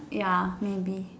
ya maybe